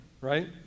right